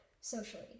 socially